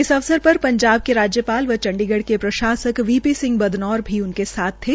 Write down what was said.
इस अवसर पर पंजाब के राज्यपाल व चंडीगढ़ के प्रशासक वी पी सिह बदनौर भी उनके साथ थे